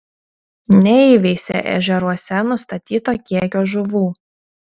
neįveisė ežeruose nustatyto kiekio žuvų